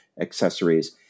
accessories